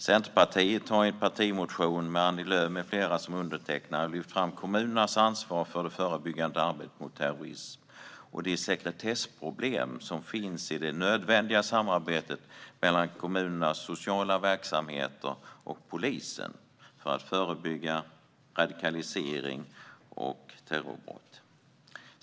Centerpartiet har i en partimotion med Annie Lööf med flera som undertecknare lyft fram kommunernas ansvar för det förebyggande arbetet mot terrorism och de sekretessproblem som finns i det nödvändiga samarbetet mellan kommunernas sociala verksamheter och polisen för att förebygga radikalisering och terrorbrott.